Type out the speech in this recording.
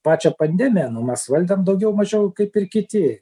pačią pandemiją nu mes valdėm daugiau mažiau kaip ir kiti